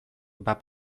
bat